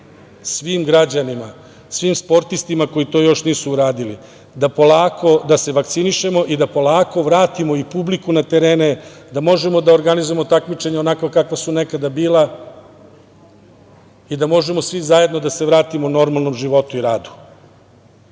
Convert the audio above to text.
svim građanima i svim sportistima, koji to još nisu uradili, da se vakcinišemo i da polako vratimo i publiku na terene, da možemo da organizujemo takmičenja onakva kakva su i nekad bila i da možemo svi zajedno da se vratimo najboljem životu i radu. Zbog